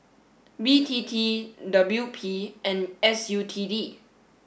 B T T W P and S U T D